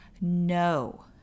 No